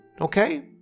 okay